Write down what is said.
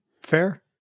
Fair